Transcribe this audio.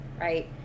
right